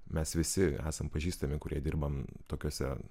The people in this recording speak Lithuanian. mes visi esam pažįstami kurie dirbam tokiose